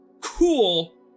cool